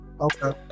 Okay